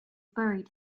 buried